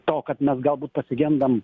to kad mes galbūt pasigendam